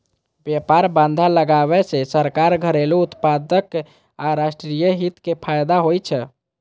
व्यापार बाधा लगाबै सं सरकार, घरेलू उत्पादक आ राष्ट्रीय हित कें फायदा होइ छै